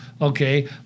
okay